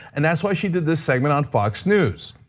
and that's why she did this segment on fox news.